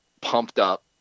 pumped-up